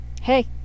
Hey